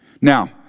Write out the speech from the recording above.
Now